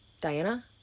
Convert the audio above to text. Diana